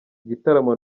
igitaramo